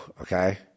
okay